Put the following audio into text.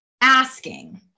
asking